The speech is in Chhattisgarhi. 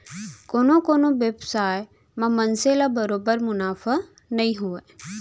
कोनो कोनो बेवसाय म मनसे ल बरोबर मुनाफा नइ होवय